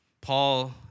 Paul